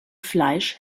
fleisch